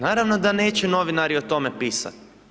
Naravno da neće novinari o tome pisati.